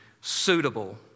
suitable